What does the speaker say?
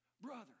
Brother